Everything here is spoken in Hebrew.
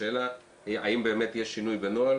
השאלה היא האם באמת יש שינוי בנוהל